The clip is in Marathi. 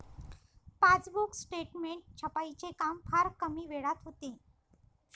पासबुक स्टेटमेंट छपाईचे काम फार कमी वेळात होते